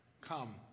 come